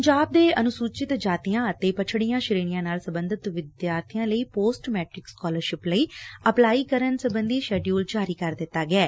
ਪੰਜਾਬ ਦੇ ਅਨੁਸੁਚਿਤ ਜਾਤੀਆਂ ਅਤੇ ਪੱਛਤੀਆਂ ਸ਼ੇਣੀਆਂ ਨਾਲ ਸਬੰਧਤ ਵਿਦਿਆਬੀਆਂ ਲਈ ਪੋਸਟ ਮੈਟਿਕ ਸਕਾਲਰਸ਼ਿਪ ਲਈ ਅਪਲਾਈ ਕਰਨ ਸਬੰਧੀ ਸ਼ਡਿਊਲ ਜਾਰੀ ਕਰ ਦਿੱਤਾ ਗਿਐ